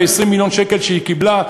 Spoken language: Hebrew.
ב-20 מיליון שקל שהיא קיבלה,